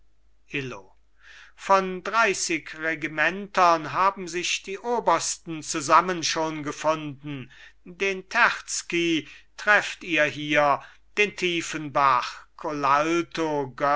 illo von dreißig regimentern haben sich die obersten zusammen schon gefunden den terzky trefft ihr hier den tiefenbach colalto